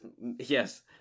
Yes